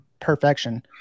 perfection